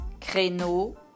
créneau